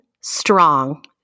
strong